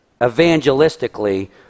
evangelistically